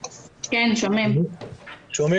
בבקשה.